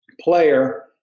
player